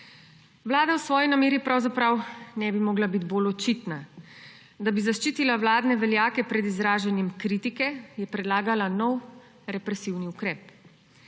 Vlada v svoji nameri pravzaprav ne bi mogla biti bolj očitna; da bi zaščitila vladne veljake pred izražanjem kritike, je predlagala nov represivni ukrep.